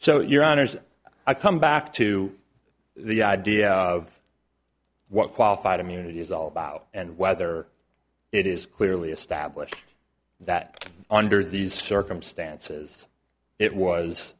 so your honour's i come back to the idea of what qualified immunity is all about and whether it is clearly established that under these circumstances it was